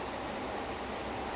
yes